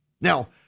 Now